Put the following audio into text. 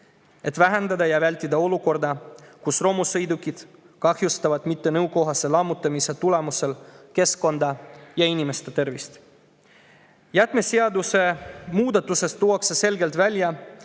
et vähendada ja vältida olukordi, kus romusõidukid kahjustavad mittenõuetekohase lammutamise tulemusel keskkonda ja inimeste tervist. Jäätmeseaduse muudatuses tuuakse selgelt välja,